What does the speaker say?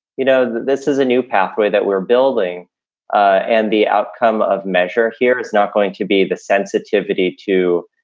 you know, this is a new pathway that we're building and the outcome of measure here is not going to be the sensitivity to,